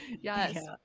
yes